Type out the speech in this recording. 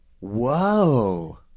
Whoa